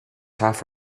half